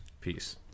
Peace